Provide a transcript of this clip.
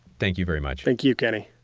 thank you very much thank you, kenny